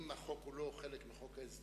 אם החוק הוא לא חלק מחוק ההסדרים,